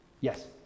Yes